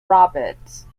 roberts